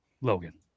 Logan